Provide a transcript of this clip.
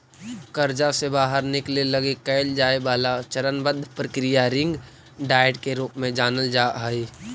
कर्जा से बाहर निकले लगी कैल जाए वाला चरणबद्ध प्रक्रिया रिंग डाइट के रूप में जानल जा हई